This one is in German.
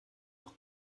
noch